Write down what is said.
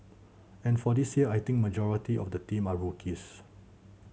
and for this year I think majority of the team are rookies